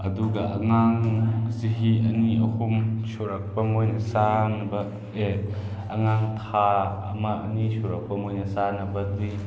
ꯑꯗꯨꯒ ꯑꯉꯥꯡ ꯆꯍꯤ ꯑꯅꯤ ꯑꯍꯨꯝ ꯁꯨꯔꯛꯄ ꯃꯣꯏꯅ ꯆꯥꯅꯕ ꯑꯦ ꯑꯉꯥꯡ ꯊꯥ ꯑꯃ ꯑꯅꯤ ꯁꯨꯔꯛꯄ ꯃꯣꯏꯅ ꯆꯥꯅꯕꯗꯤ